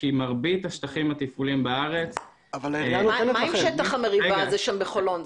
כי מרבית השטחים התפעוליים בארץ --- מה עם שטח המריבה הזה שם בחולון?